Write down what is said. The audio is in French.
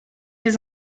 des